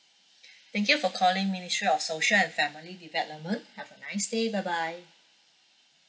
thank you for calling ministry of social and family development have a nice day bye bye